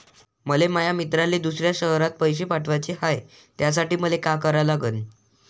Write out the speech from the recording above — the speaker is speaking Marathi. मले माया मित्राले दुसऱ्या शयरात पैसे पाठवाचे हाय, त्यासाठी मले का करा लागन?